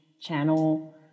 channel